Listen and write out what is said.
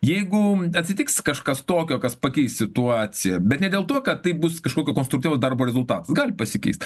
jeigu atsitiks kažkas tokio kas pakeis situaciją bet ne dėl to kad taip bus kažkokio konstruktyvaus darbo rezultatas gali pasikeist